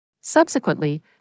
Subsequently